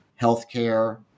healthcare